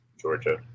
Georgia